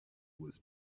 was